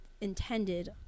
intended